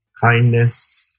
kindness